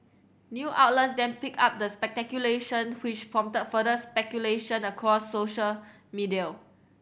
new outlets then picked up the speculation which prompted further speculation across social media